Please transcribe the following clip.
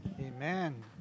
Amen